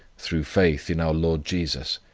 through faith in our lord jesus.